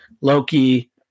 Loki